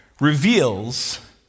Reveals